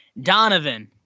Donovan